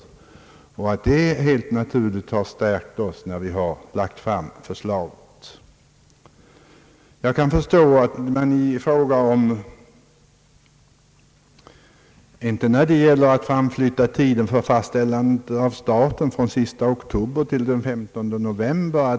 Så förhåller det sig troligen när det gäller framflyttande av tiden för fastställandet av staten från 31 oktober till 15 november.